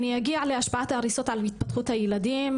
אני אגיע להשפעת ההריסות על התפתחות הילדים,